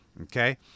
okay